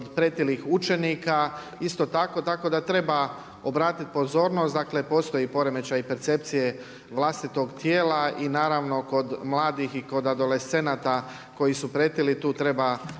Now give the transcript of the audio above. kod pretilih učenika, isto tako, tako da treba obratiti pozornost, dakle postoji poremećaj percepcije vlastitog tijela i naravno, kod mladih i kod adolescenata koji su pretili, tu treba posebnu